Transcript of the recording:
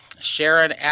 Sharon